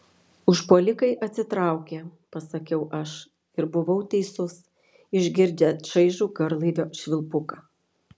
užpuolikai atsitraukė pasakiau aš ir buvau teisus išgirdę šaižų garlaivio švilpuką